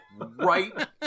right